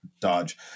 Dodge